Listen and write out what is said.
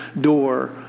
door